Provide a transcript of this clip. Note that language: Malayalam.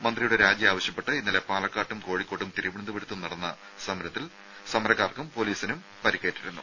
മന്ത്രിയുടെ രാജി ആവശ്യപ്പെട്ട് ഇന്നലെ പാലക്കാട്ടും കോഴിക്കോട്ടും തിരുവനന്തപുരത്തും നടന്ന സമരത്തിൽ സമരക്കാർക്കും പൊലീസുകാർക്കും പരിക്കേറ്റിരുന്നു